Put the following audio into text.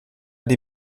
die